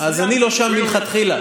אני לא שם מלכתחילה,